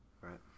Right